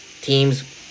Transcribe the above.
teams